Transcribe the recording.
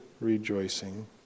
rejoicing